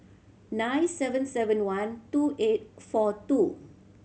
nine seven seven one two eight four two